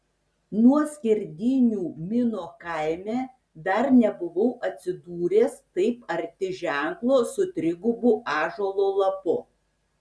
nuo skerdynių mino kaime dar nebuvau atsidūręs taip arti ženklo su trigubu ąžuolo lapu